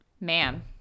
Ma'am